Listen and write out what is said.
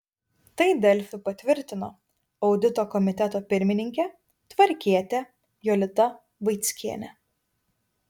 tai delfi patvirtino audito komiteto pirmininkė tvarkietė jolita vaickienė